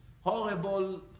horrible